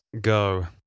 go